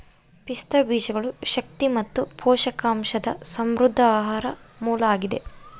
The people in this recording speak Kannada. ಪಿಸ್ತಾ ಬೀಜಗಳು ಶಕ್ತಿ ಮತ್ತು ಪೋಷಕಾಂಶದ ಸಮೃದ್ಧ ಆಹಾರ ಮೂಲ ಆಗಿದೆ